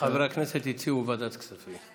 חברי הכנסת הציעו ועדת כספים.